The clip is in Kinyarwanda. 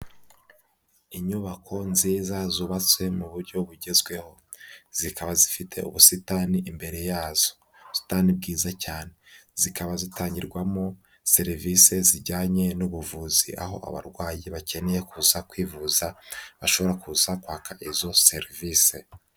Inyubako nziza zubatswe mu buryo bugezweho, zikaba zifite ubusitani imbere yazo, ubusitani bwiza cyane. Zikaba zitangirwamo serivisi zijyanye n'ubuvuzi, aho abarwayi bakeneye kuza kwivuza bashobora kuza kwaka izo serivisi.